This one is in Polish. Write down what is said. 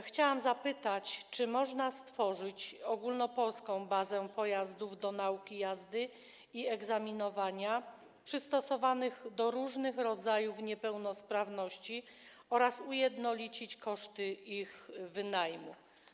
Chciałabym zapytać, czy można stworzyć ogólnopolską bazę pojazdów do nauki jazdy i egzaminowania przystosowanych do różnych rodzajów niepełnosprawności oraz ujednolicić koszty ich wynajmu.